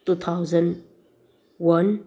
two thousand one